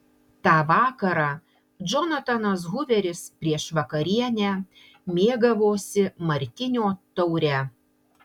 tą vakarą džonatanas huveris prieš vakarienę mėgavosi martinio taure